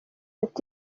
ati